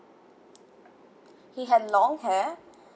he had long hair